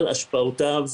על השפעותיו